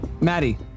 Maddie